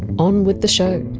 on with the show